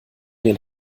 den